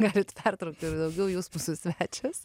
galit pertraukti ir daugiau jūs mūsų svečias